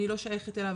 אני לא שייכת אליו,